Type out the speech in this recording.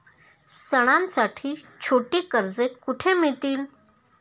सणांसाठी छोटी कर्जे कुठे मिळतील?